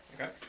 Okay